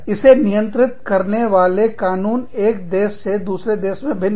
इसे नियंत्रित करने वाले कानून एक देश से दूसरे देश से भिन्न है